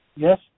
Yes